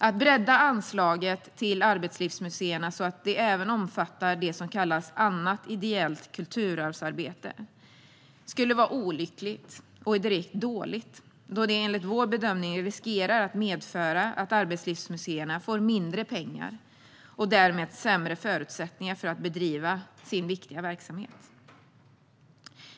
Att bredda anslaget till arbetslivsmuseerna så att det även omfattar det som kallas annat ideellt kulturarvsarbete skulle vara olyckligt och direkt dåligt då det enligt vår bedömning riskerar att medföra att arbetslivsmuseerna får mindre pengar och därmed sämre förutsättningar för att bedriva sin viktiga verksamhet.